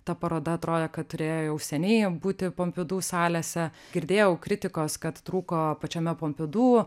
ta paroda atrodė kad turėjo jau seniai būti pompidu salėse girdėjau kritikos kad trūko pačiame pompidu